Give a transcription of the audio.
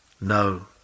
No